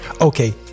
okay